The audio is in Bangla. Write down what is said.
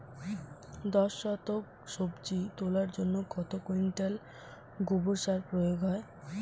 দশ শতক বীজ তলার জন্য কত কুইন্টাল গোবর সার প্রয়োগ হয়?